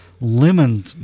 Lemon